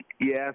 Yes